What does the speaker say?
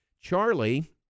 Charlie